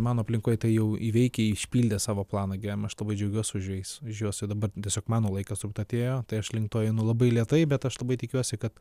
mano aplinkoj tai jau įveikę išpildę savo planą gyvenime aš labai džiaugiuos už jais už juos o dabar tiesiog mano laikas atėjo tai aš link to einu labai lėtai bet aš labai tikiuosi kad